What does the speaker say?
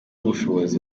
ubushobozi